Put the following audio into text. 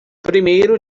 primeiro